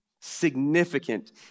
significant